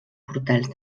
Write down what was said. portals